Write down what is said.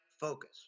focus